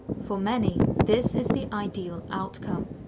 for many, this is the ideal outcome,